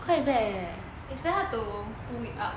quite bad eh it's hard to pull it up